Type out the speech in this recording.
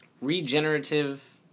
Regenerative